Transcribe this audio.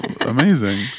Amazing